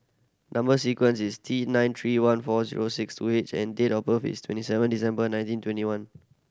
number sequence is T nine three one four zero six two H and date of birth is twenty seven December nineteen twenty one